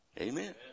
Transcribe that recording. Amen